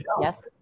Yes